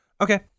Okay